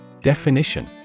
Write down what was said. Definition